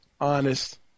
honest